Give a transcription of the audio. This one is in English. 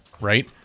right